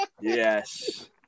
yes